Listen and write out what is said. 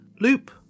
loop